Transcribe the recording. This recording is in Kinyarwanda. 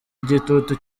gitutu